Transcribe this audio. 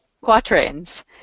quatrains